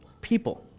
people